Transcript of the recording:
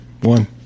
One